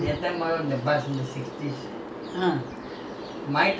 or தம்பி:thambi all that they will go in the bus to school mm